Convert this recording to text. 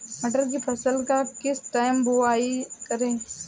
मटर की फसल का किस टाइम बुवाई करें?